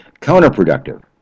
counterproductive